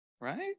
right